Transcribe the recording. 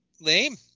lame